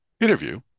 interview